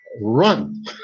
run